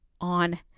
on